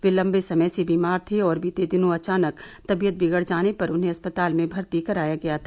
वह लंबे समय से बीमार थे और बीते दिनों अचानक तबीयत बिगड़ जाने पर उन्हें अस्पताल में भर्ती कराया गया था